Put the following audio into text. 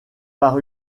par